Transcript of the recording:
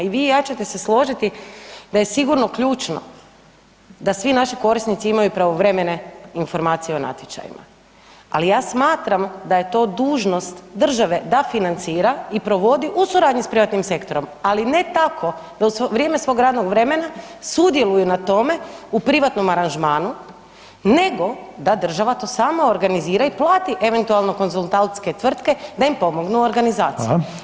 I vi i ja ćete se složiti da je sigurno ključno da svi naši korisnici imaju pravovremene informacije o natječajima, ali ja smatram da je to dužnost države da financira i provodi u suradnji sa privatnim sektorom, ali ne tako da u vrijeme svog radnog vremena sudjeluju na tome u privatnom aranžmanu nego da država to sama organizira i plati eventualno konzultantske tvrtke da im pomognu u organizaciji.